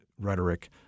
rhetoric –